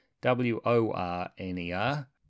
W-O-R-N-E-R